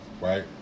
right